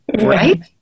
Right